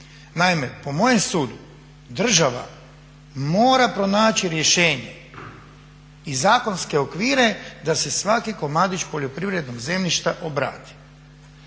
Naime, po mojem sudu država mora pronaći rješenje i zakonske okvire da se svaki komadić poljoprivrednog zemljišta obradi.